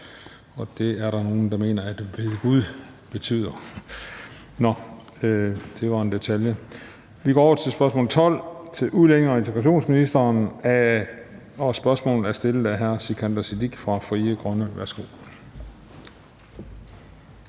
og det er der nogle der mener at »ved gud« betyder. Nå, det var en detalje. Vi går videre til næste spørgsmål, som er til udlændinge- og integrationsministeren, og spørgsmålet er stillet af hr. Sikandar Siddique fra Frie Grønne. Værsgo.